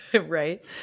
Right